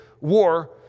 war